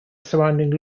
surrounding